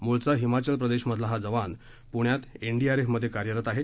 मूळचा हिमाचल प्रदेशमधला हा जवान पूण्यात एनडीआरएफमध्ये कार्यरत आहे